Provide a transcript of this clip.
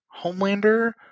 Homelander